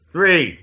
Three